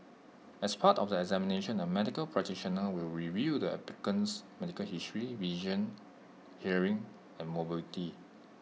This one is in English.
as part of the examination A medical practitioner will review the applicant's medical history vision hearing and mobility